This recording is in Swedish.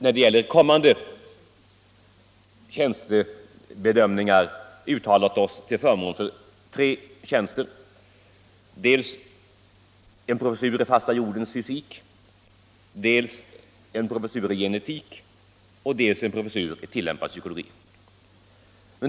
Men i fråga om kommande tjänstebedömningar har vi uttalat oss till förmån för tre tjänster — en professur i den fasta jordens fysik, en professur i genetik och en professur i tillämpad psykologi.